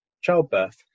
childbirth